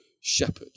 shepherd